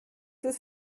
ist